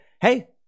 hey